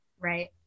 Right